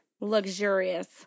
Luxurious